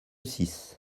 six